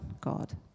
God